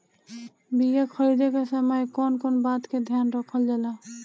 बीया खरीदे के समय कौन कौन बात के ध्यान रखल जाला?